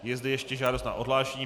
Je zde ještě žádost na odhlášení.